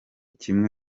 kimwe